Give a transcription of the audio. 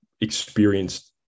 experienced